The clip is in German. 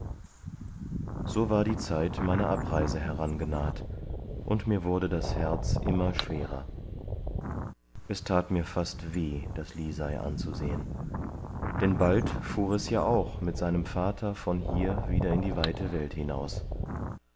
so war die zeit meiner abreise herangenaht und mir wurde das herz immer schwerer es tat mir fast weh das lisei anzusehen denn bald fuhr es ja auch mit seinem vater von hier wieder in die weite welt hinaus